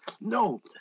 No